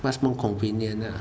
much more convenient lah